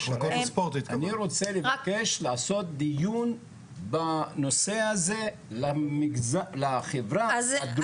אני רוצה לבקש לעשות דיון בנושא הזה לחברה הדרוזית.